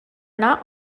not